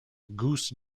goose